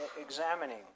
examining